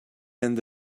end